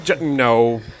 No